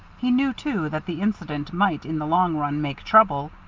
he knew, too, that the incident might in the long run make trouble.